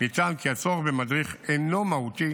נטען כי הצורך במדריך אינו מהותי,